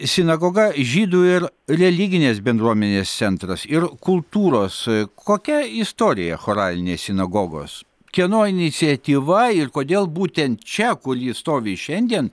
sinagoga žydų ir religinės bendruomenės centras ir kultūros kokia istorija choralinės sinagogos kieno iniciatyva ir kodėl būtent čia kur ji stovi šiandien